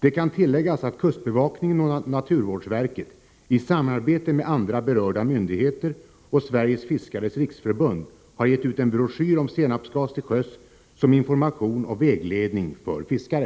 Det kan tilläggas att kustbevakningen och naturvårdsverket, i samarbete med andra berörda myndigheter och Sveriges fiskares riksförbund, har gett ut en broschyr om senapsgas till sjöss som information och vägledning för fiskare.